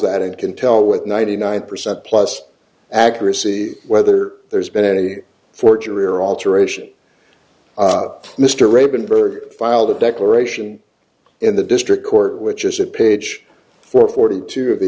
that it can tell with ninety nine percent plus accuracy whether there's been a forgery or alteration mr raban per file the declaration in the district court which is a page for forty two of the